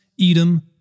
Edom